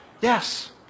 Yes